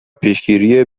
پیشگیری